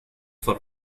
for